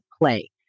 play